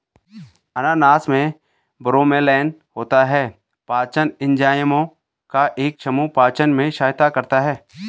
अनानास में ब्रोमेलैन होता है, पाचन एंजाइमों का एक समूह पाचन में सहायता करता है